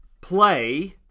play